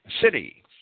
city